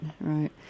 right